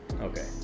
Okay